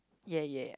ya ya